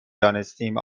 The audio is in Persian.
دانستیم